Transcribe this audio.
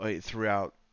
throughout